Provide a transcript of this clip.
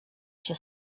się